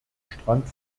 strand